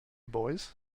boys